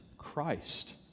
Christ